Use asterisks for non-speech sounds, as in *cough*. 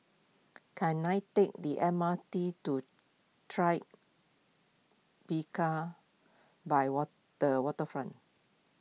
can I take the M R T to Tribeca by *unintelligible* the Waterfront